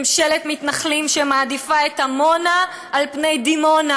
ממשלת מתנחלים שמעדיפה את עמונה על פני דימונה,